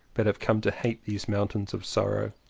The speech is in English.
but have come to hate these mountains of sorrow.